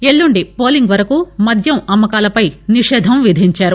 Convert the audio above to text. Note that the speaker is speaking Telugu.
ఎల్లుండి పోలింగ్ వరకు మద్యం అమ్మకాలపై నిషేధం విధించారు